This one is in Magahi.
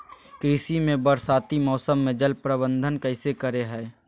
कृषि में बरसाती मौसम में जल प्रबंधन कैसे करे हैय?